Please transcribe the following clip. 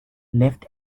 left